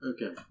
Okay